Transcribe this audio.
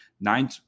nine